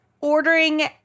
ordering